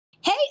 Hey